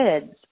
kids